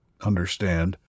understand